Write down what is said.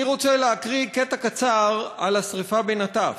אני רוצה להקריא קטע קצר על השרפה בנטף: